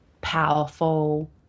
powerful